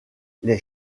les